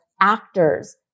actors